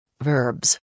verbs